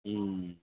ம்